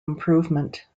improvement